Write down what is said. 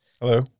Hello